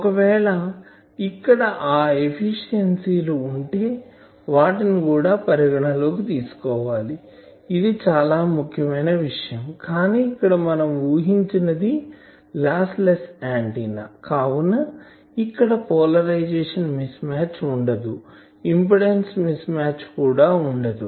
ఒకవేళ ఇక్కడ ఆ ఎఫిషియన్సి లు ఉంటే వాటిని కూడా పరిగణన లోకి తీసుకోవాలి ఇది చాలా ముఖ్యమైన విషయం కానీ ఇక్కడ మనం ఊహించింది లాస్ లెస్ ఆంటిన్నా కావున ఇక్కడ పోలరైజేషన్ మిస్ మ్యాచ్ ఉండదుఇంపిడెన్సు మిస్ మ్యాచ్ కూడా ఉండదు